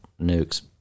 nukes